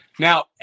Now